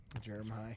Jeremiah